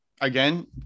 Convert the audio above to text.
again